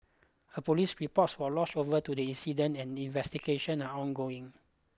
a police report was lodged over to the incident and investigation are ongoing